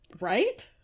Right